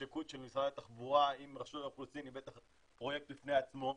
התממשקות של משרד התחבורה עם רשות האוכלוסין הוא בטח פרויקט בפני עצמו,